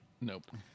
Nope